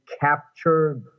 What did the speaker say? capture